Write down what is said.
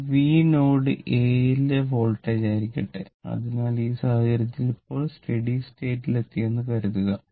ഇപ്പോൾ v node എയിലെ വോൾട്ടേജായിരിക്കട്ടെ അതിനാൽ ഈ സാഹചര്യത്തിൽ ഇപ്പോൾ സ്റ്റഡി സ്റ്റേറ്റിലെത്തിയെന്ന് കരുതുക